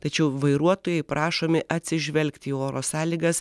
tačiau vairuotojai prašomi atsižvelgti į oro sąlygas